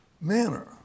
manner